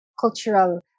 cultural